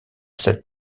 cette